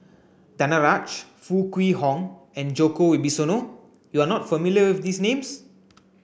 Danaraj Foo Kwee Horng and Djoko Wibisono you are not familiar with these names